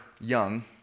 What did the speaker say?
young